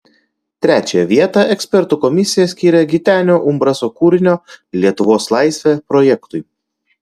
trečiąją vietą ekspertų komisija skyrė gitenio umbraso kūrinio lietuvos laisvė projektui